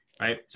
Right